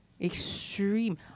extreme